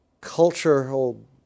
cultural